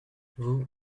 vous